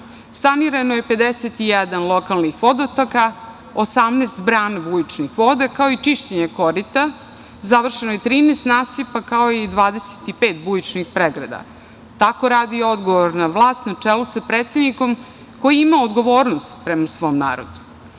sanirano je 51 lokalnih vodotoka, 18 brana bujičnih voda, kao i čišćenje korita, završeno je 13 nasipa, kao i 25 bujičnih pregrada. Tako radi odgovorna vlast na čelu sa predsednikom koji ima odgovornost prema svom narodu. Srbija